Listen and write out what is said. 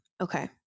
Okay